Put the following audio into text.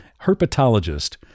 herpetologist